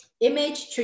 image